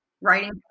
writing